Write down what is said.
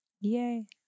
Yay